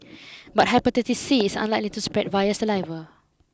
but hepatitis C is unlikely to spread via saliva